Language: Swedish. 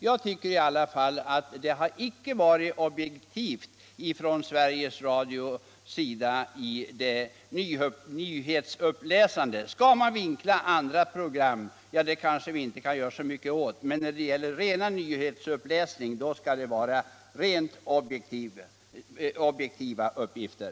Jag tycker inte att Sveriges Radio varit objektiv vid nyhetsuppläsningarna. Att man vinklar andra program kan vi inte göra så mycket åt, men när det gäller ren nyhetsuppläsning skall det vara rent objektiva uppgifter.